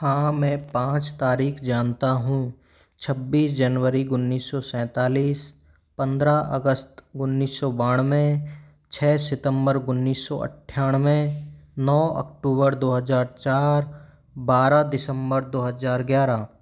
हाँ मैं पाँच तारीख जानता हूँ छब्बीस जनवरी उन्नीस सौ सैंतालीस पन्द्रह अगस्त उन्नीस सौ बानवे छः सितंबर उन्नीस सौ अट्ठानवे नौ अक्टूबर दो हजार चार बारह दिसंबर दो हजार ग्यारह